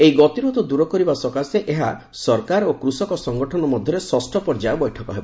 ଏହି ଗତିରୋଧ ଦୂର କରିବା ସକାଶେ ଏହା ସରକାର ଓ କୃଷକ ସଙ୍ଗଠନ ମଧ୍ୟରେ ଷଷ୍ଠ ପର୍ଯ୍ୟାୟ ବୈଠକ ହେବ